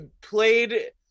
played